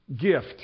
Gift